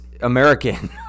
american